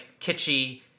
kitschy